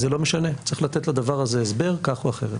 זה לא משנה, צריך לתת לדבר הזה הסבר כך או אחרת.